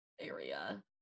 area